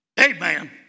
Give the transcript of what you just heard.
Amen